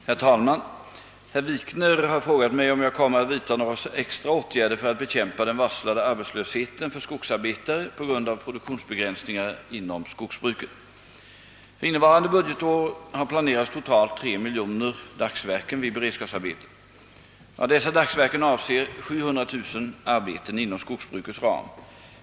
Herr talman! Herr Wikner har frågat mig om jag kommer att vidta några extra åtgärder för att bekämpa den varslade arbetslösheten för skogsarbetare på grund av produktionsbegränsningarna inom skogsbruket. För innevarande budgetår har planerats totalt 3 miljoner dagsverken vid beredskapsarbeten. Av dessa dagsverken avser 700 000 arbeten inom skogsbrukets ram.